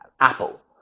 Apple